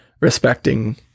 respecting